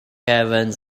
evans